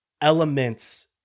elements